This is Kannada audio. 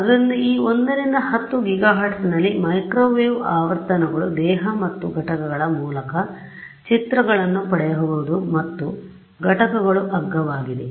ಆದ್ದರಿಂದ ಈ 1 ರಿಂದ 10 ಗಿಗಾಹೆರ್ಟ್ಜ್ನಲ್ಲಿನ ಮೈಕ್ರೊವೇವ್ ಆವರ್ತನಗಳು ದೇಹದ ಮತ್ತು ಘಟಕಗಳ ಮೂಲಕ ಚಿತ್ರಗಳನ್ನು ಪಡೆಯಬಹುದು ಮತ್ತು ಘಟಕಗಳು ಅಗ್ಗವಾಗಿವೆ